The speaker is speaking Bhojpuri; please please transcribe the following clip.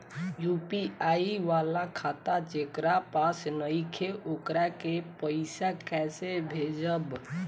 यू.पी.आई वाला खाता जेकरा पास नईखे वोकरा के पईसा कैसे भेजब?